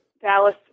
Dallas